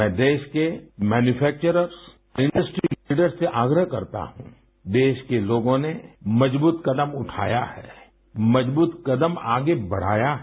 मैं देश के मैन्यूकफेक्वर्स इंडफ्री लीडर्स से आग्रह करता हूँ देश के लोगों ने मजबूत कदम उठाया है मजबूत कदम आगे बढ़ाया है